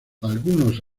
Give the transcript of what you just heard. algunos